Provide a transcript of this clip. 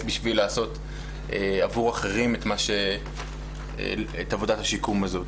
כדי לעשות עבור אחרים את עבודת השיקום הזאת.